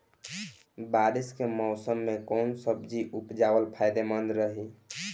बारिश के मौषम मे कौन सब्जी उपजावल फायदेमंद रही?